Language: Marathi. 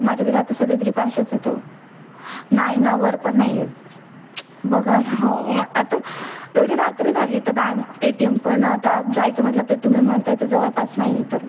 माझ्याकडे आता सध्या तरी पाचशेच आहेत हो नाही ना वर पण नाही आहेत बघा ना हो मग आता एवढी रात्र झाली तर बँक ए टी एम पण आता जायचं म्हटलं तर तुम्ही म्हणत आहे ते जवळपास नाही आहे तर